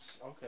Okay